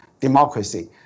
democracy